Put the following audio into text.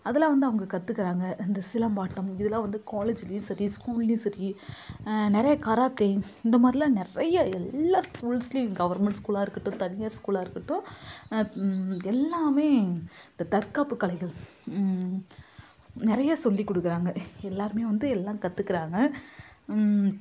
அதெல்லாம் வந்து அவங்க கற்றுக்கிறாங்க இந்த சிலம்பாட்டம் இதெல்லாம் வந்து காலேஜ்லேயும் சரி ஸ்கூல்லேயும் சரி நிறைய கராத்தே இந்த மாதிரிலாம் நிறைய எல்லாம் ஸ்கூல்ஸ்லேயும் கவர்மெண்ட் ஸ்கூலாக இருக்கட்டும் தனியார் ஸ்கூலாக இருக்கட்டும் எல்லாம் இந்த தற்காப்பு கலைகள் நிறைய சொல்லி கொடுக்குறாங்க எல்லாரும் வந்து எல்லாம் கற்றுக்கிறாங்க